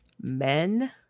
Men